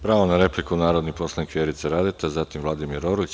Pravo na repliku, narodni poslanik Vjerica Radeta, zatim Vladimir Orlić.